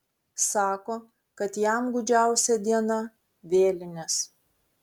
sako kad jam gūdžiausia diena vėlinės